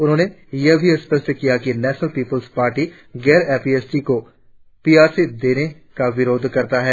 उन्होंने यह भी स्पष्ट किया कि नेशनल पीपुल्स पार्टी गैर ए पी एस टी को पी आर सी देने का विरोध करता है